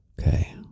Okay